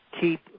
keep